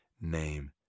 name